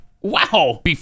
Wow